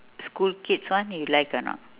school kids one you like or not